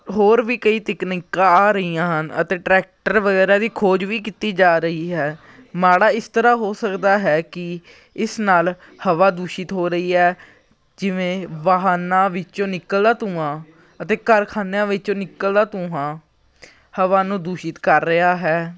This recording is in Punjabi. ਹੋਰ ਵੀ ਕਈ ਤਕਨੀਕਾਂ ਆ ਰਹੀਆਂ ਹਨ ਅਤੇ ਟਰੈਕਟਰ ਵਗੈਰਾ ਦੀ ਖੋਜ ਵੀ ਕੀਤੀ ਜਾ ਰਹੀ ਹੈ ਮਾੜਾ ਇਸ ਤਰ੍ਹਾਂ ਹੋ ਸਕਦਾ ਹੈ ਕਿ ਇਸ ਨਾਲ ਹਵਾ ਦੂਸ਼ਿਤ ਹੋ ਰਹੀ ਹੈ ਜਿਵੇਂ ਵਾਹਨਾਂ ਵਿੱਚੋਂ ਨਿਕਲਦਾ ਧੂੰਆ ਅਤੇ ਕਾਰਖਾਨਿਆਂ ਵਿਚੋਂ ਨਿਕਲਦਾ ਧੂੰਆਂ ਹਵਾ ਨੂੰ ਦੁਸ਼ਿਤ ਕਰ ਰਿਹਾ ਹੈ